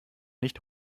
nicht